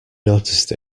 noticed